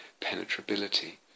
penetrability